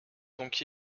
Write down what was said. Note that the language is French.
donc